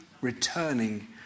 returning